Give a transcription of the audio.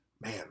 man